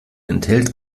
enthält